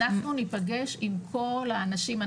אנחנו נפגש עם כל האנשים.